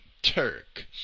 Turk